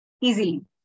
easily